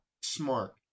smart